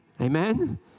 Amen